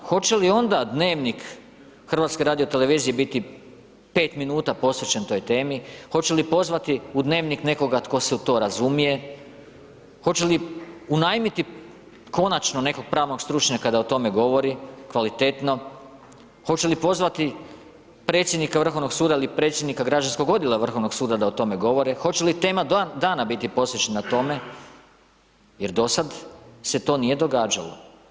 Hoće li onda dnevnik HRT-a biti 5 minuta biti posvećen toj temi, hoće li pozvati u dnevnik nekoga tko se u to razumije, hoće li unajmiti konačno nekog pravnog stručnjaka da o tome govori kvalitetno, hoće li pozvati predsjednika Vrhovnog suda ili predsjednika Građanskog odjela Vrhovnog suda da o tome govore, hoće li tema dana biti posvećena tome, jer dosada se to nije događalo.